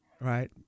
right